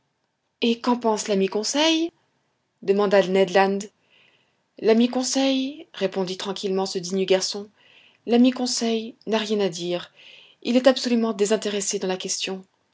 et qu'en pense l'ami conseil demanda ned land l'ami conseil répondit tranquillement ce digne garçon l'ami conseil n'a rien à dire il est absolument désintéressé dans la question